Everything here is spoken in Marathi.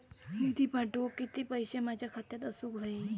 निधी पाठवुक किती पैशे माझ्या खात्यात असुक व्हाये?